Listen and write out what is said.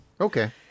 Okay